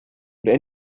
would